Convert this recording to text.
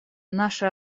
наше